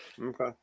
Okay